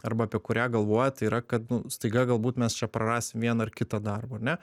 arba apie kurią galvoja tai yra kad nu staiga galbūt mes čia prarasim vieną ar kitą darbą ar ne